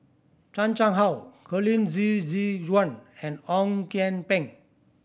Chan Chang How Colin Zhe Zhe Quan and Ong Kian Peng